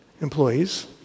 Employees